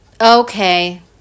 Okay